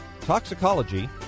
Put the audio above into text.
toxicology